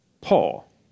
Paul